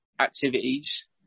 activities